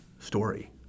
story